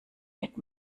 mit